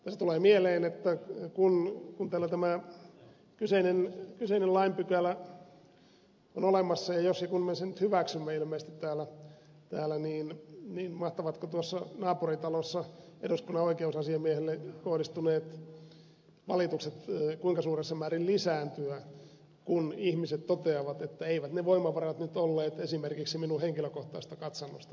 tässä tulee mieleen että kun täällä tämä kyseinen lain pykälä on olemassa ja jos ja kun me sen nyt hyväksymme ilmeisesti täällä mahtavatko tuossa naapuritalossa eduskunnan oikeusasiamiehelle kohdistuneet valitukset kuinka suuressa määrin lisääntyä kun ihmiset toteavat että eivät ne voimavarat nyt olleet esimerkiksi minun henkilökohtaisesta katsannostani riittävät